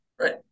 right